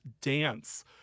dance